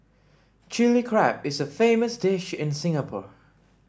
chilli crab is a famous dish in Singapore